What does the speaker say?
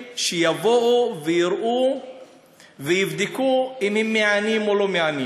שיבואו ויראו ויבדקו אם הם מענים או לא מענים,